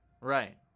Right